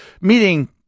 Meeting